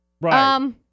right